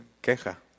queja